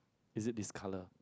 is it discolour